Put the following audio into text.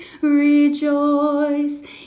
rejoice